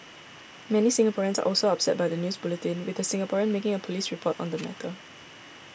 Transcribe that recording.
many Singaporeans are also upset by the news bulletin with a Singaporean making a police report on the matter